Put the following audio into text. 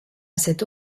cette